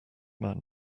man